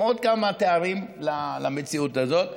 עוד כמה תארים למציאות הזאת,